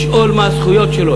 לשאול מה הזכויות שלו.